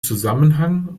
zusammenhang